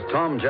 Tom